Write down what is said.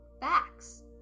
facts